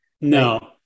No